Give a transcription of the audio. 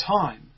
time